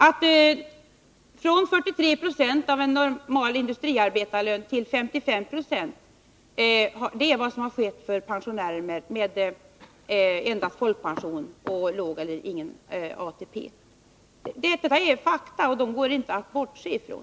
För dem som har folkpension och låg eller ingen ATP har det varit en ökning från 43 26 av en normal industriarbetarlön till 55 96. Detta är fakta, som det inte går att bortse från.